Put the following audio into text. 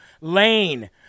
Lane